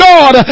God